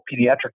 pediatric